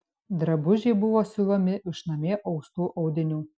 drabužiai buvo siuvami iš namie austų audinių